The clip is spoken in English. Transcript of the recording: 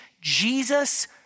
Jesus